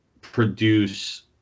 produce